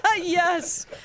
Yes